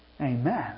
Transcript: Amen